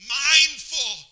mindful